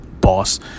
boss